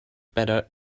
better